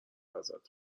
ازت